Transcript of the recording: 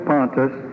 Pontus